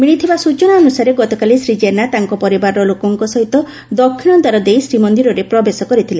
ମିଳିଥିବା ସ୍ଚନା ଅନୁସାରେ ଗତକାଲି ଶ୍ରୀ ଜେନା ତାଙ୍କ ପରିବାରର ଲୋକଙ୍କ ସହିତ ଦକ୍ଷିଣ ଦ୍ୱାର ଦେଇ ଶ୍ରୀ ମନ୍ଦିରରେ ପ୍ରବେଶ କରିଥିଲେ